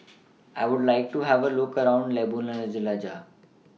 I Would like to Have A Look around Ljubljana